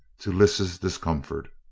to lys's discomfort.